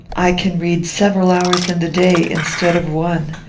i can read several hours in the day, instead of one.